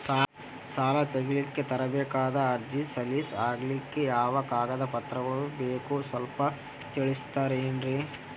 ಸಾಲ ತೆಗಿಲಿಕ್ಕ ತರಬೇಕಾದ ಅರ್ಜಿ ಸಲೀಸ್ ಆಗ್ಲಿಕ್ಕಿ ಯಾವ ಕಾಗದ ಪತ್ರಗಳು ಬೇಕು ಸ್ವಲ್ಪ ತಿಳಿಸತಿರೆನ್ರಿ?